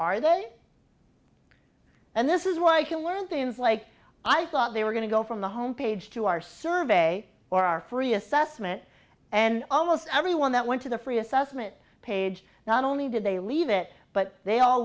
are they and this is what i can learn things like i thought they were going to go from the home page to our survey or our free assessment and almost everyone that went to the free assessment page not only did they leave it but they all